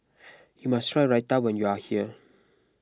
you must try Raita when you are here